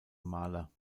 maler